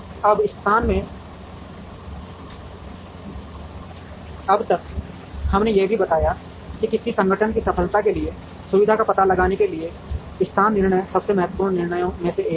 अब स्थान में अब तक हमने यह भी बताया कि किसी भी संगठन की सफलता के लिए सुविधा का पता लगाने के लिए स्थान निर्णय सबसे महत्वपूर्ण निर्णयों में से एक हैं